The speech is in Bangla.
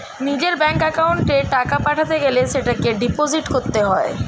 নিজের ব্যাঙ্ক অ্যাকাউন্টে টাকা পাঠাতে গেলে সেটাকে ডিপোজিট করতে হয়